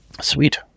Sweet